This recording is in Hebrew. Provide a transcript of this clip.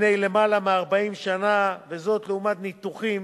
לפני למעלה מ-40 שנה, וזאת לעומת ניתוחים